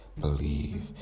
believe